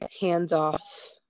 hands-off